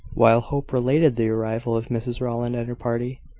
while hope related the arrival of mrs rowland and her party,